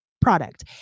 product